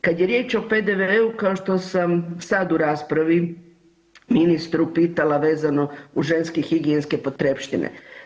Kad je riječ o PDV-u, kao što sam sad u raspravi ministru pitala vezano uz ženske higijenske potrepštine.